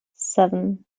seven